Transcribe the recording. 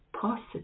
positive